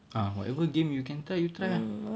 ah whatever game you can try you try ah